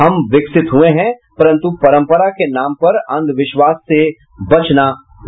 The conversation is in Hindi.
हम विकसित हुये हैं परंतु परंपरा के नाम पर अंधविश्वास से बचना होगा